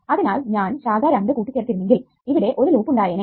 അതിനാൽ ഞാൻ ശാഖ 2 കൂട്ടിച്ചേർത്തിരുന്നെങ്കിൽ ഇവിടെ ഒരു ലൂപ്പ് ഉണ്ടായേനെ